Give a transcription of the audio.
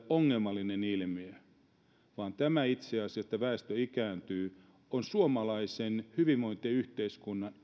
ongelmallinen ilmiö vaan itse asiassa se että väestö ikääntyy on suomalaisen hyvinvointiyhteiskunnan